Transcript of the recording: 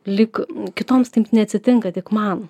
lyg kitoms taip neatsitinka tik man